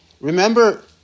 Remember